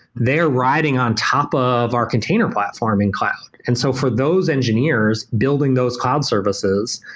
they are riding on top of our container platform in cloud. and so for those engineers, building those cloud services,